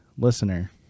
listener